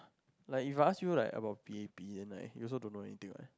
like if I ask you like about P_A_P then like you also don't know anything what